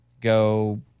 go